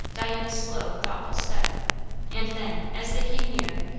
diana's slow, thoughtful step and then, as they came near,